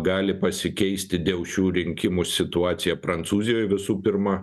gali pasikeisti dėl šių rinkimų situacija prancūzijoj visų pirma